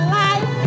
life